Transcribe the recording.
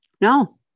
No